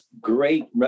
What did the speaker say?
great